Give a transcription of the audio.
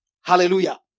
Hallelujah